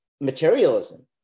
materialism